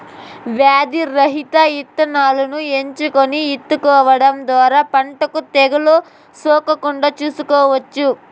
వ్యాధి రహిత ఇత్తనాలను ఎంచుకొని ఇత్తుకోవడం ద్వారా పంటకు తెగులు సోకకుండా చూసుకోవచ్చు